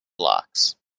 blocks